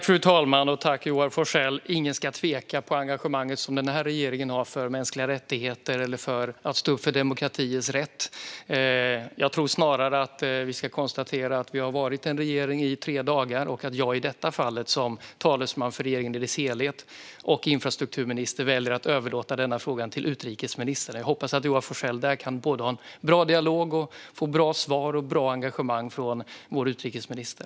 Fru talman! Jag tackar Joar Forssell för detta. Ingen ska tveka om det engagemang som denna regering har för mänskliga rättigheter eller för att stå upp för demokratiers rättigheter. Jag tror snarare att vi ska konstatera att vi har varit en regering i tre dagar och att jag i detta fall som infrastrukturminister och talesman för regeringen i dess helhet väljer att överlåta denna fråga till utrikesministern. Jag hoppas att Joar Forssell kan ha en bra dialog och få bra svar och ett bra engagemang från vår utrikesminister.